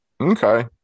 Okay